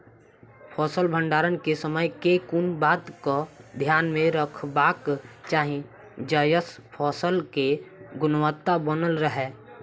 फसल भण्डारण केँ समय केँ कुन बात कऽ ध्यान मे रखबाक चाहि जयसँ फसल केँ गुणवता बनल रहै?